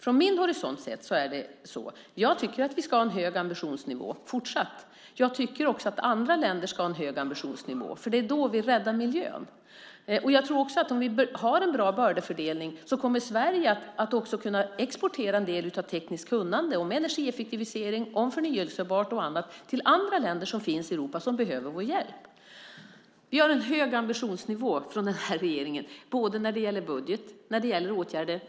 Från min horisont sett ska vi fortsatt ha en hög ambitionsnivå. Jag tycker också att andra länder ska ha en hög ambitionsnivå. Det är då vi räddar miljön. Jag tror också att om vi har en bra bördefördelning kommer Sverige att kunna exportera en del av tekniskt kunnande om energieffektivisering, om det som är förnybart och annat till andra länder som finns i Europa och som behöver vår hjälp. Vi har en hög ambitionsnivå i den här regeringen, både när det gäller budget och när det gäller åtgärder.